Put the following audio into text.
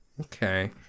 Okay